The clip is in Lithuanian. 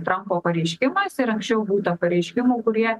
trampo pareiškimas ir anksčiau būta pareiškimų kurie